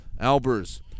Albers